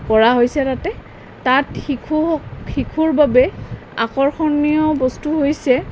কৰা হৈছে তাতে তাত শিশু শিশুৰ বাবে আকৰ্ষণীয় বস্তু হৈছে